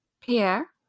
Pierre